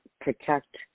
protect